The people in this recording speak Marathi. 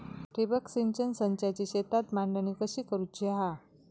ठिबक सिंचन संचाची शेतात मांडणी कशी करुची हा?